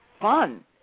fun